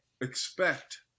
expect